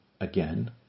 again